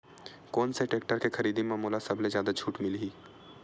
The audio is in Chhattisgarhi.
कोन से टेक्टर के खरीदी म मोला सबले जादा छुट मिलही?